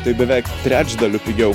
tai beveik trečdaliu pigiau